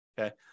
Okay